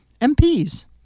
MPs